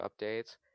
updates